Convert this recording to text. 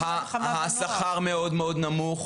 שהחברה האזרחית אמונה,